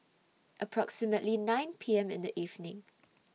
approximately nine P M in The evening